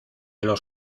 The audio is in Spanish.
los